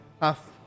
half